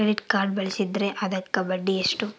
Credit card ಬಳಸಿದ್ರೇ ಅದಕ್ಕ ಬಡ್ಡಿ ಎಷ್ಟು?